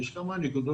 יש כמה נקודות,